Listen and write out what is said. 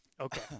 Okay